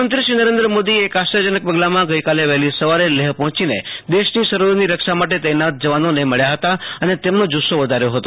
પ્રધાનમંત્રી શ્રી નરૈન્દ્ર મીદીએ એક આશ્ચર્યજનક પગલામાં ગઈકાલે વહેલી સવારે લેહ પહોંચીને દેશની સરહદોની રક્ષો માટે તૈનાત જવાનોને મળ્યા હતા અને તેમનો જુસ્સો વધાર્યો હતો